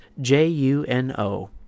J-U-N-O